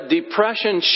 depression